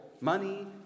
money